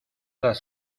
las